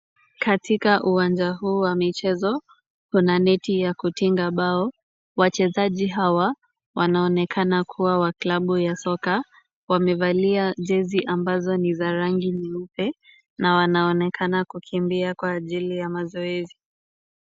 Katika uwanja huu wa mchezo kuna neti ya kutenga bao wachezaji hawa wanaonekana kuwa wa klabu ya soka wamevalia jesi ambazo ni za rangi nyeupe na wanaonekana kukimbia kwa ajili ya mazoezi.